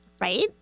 right